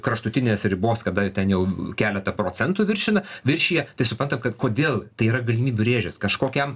kraštutinės ribos kada ten jau keletą procentų viršina viršija tai suprantam kad kodėl tai yra galimybių rėžis kažkokiam